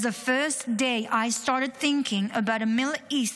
was the first day I started thinking about a Middle East